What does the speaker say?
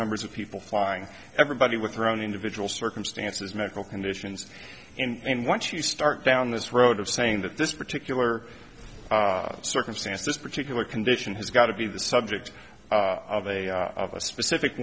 numbers of people flying everybody with their own individual circumstances medical conditions and once you start down this road of saying that this particular circumstance this particular condition has got to be the subject of a specific